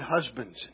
husbands